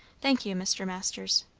thank you, mr. masters.